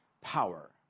power